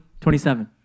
27